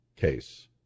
case